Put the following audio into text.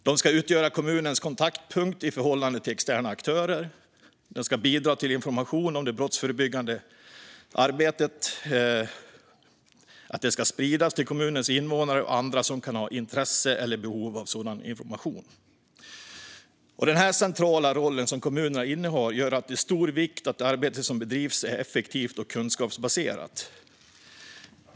Den ska utgöra kommunens kontaktpunkt i förhållande till externa aktörer och bidra till att information om det brottsförebyggande arbetet sprids till kommunens invånare och andra som kan ha intresse eller behov av sådan information. Den centrala roll som kommunerna innehar gör att det är av stor vikt att det arbete som bedrivs är effektivt och kunskapsbaserat.